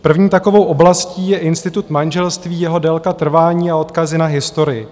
První takovou oblastí je institut manželství, jeho délka trvání a odkazy na historii.